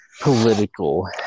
political